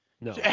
No